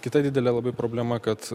kita didelė labai problema kad